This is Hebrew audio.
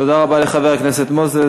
תודה רבה לחבר הכנסת מוזס.